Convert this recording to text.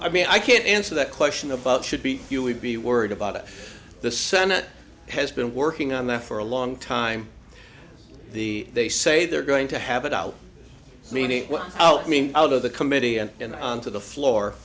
i mean i can't answer that question above should be you would be worried about the senate has been working on that for a long time the they say they're going to have it out meaning oh i mean out of the committee and then on to the floor